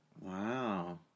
Wow